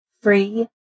FREE